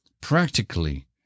practically